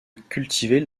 cultiver